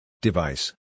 Device